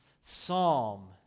psalm